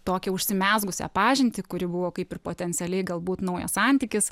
tokią užsimezgusią pažintį kuri buvo kaip ir potencialiai galbūt naujas santykis